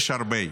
יש הרבה.